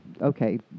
Okay